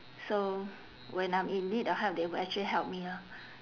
so when I'm in need of help they will actually help me lah